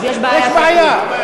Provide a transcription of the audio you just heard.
יש בעיה.